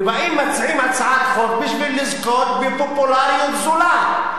ובאים ומציעים הצעות חוק כדי לזכות בפופולריות זולה,